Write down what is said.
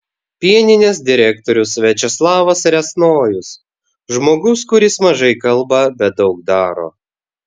pieninės direktorius viačeslavas riasnojus žmogus kuris mažai kalba bet daug daro